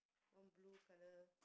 one blue colour